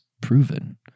proven